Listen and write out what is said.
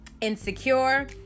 Insecure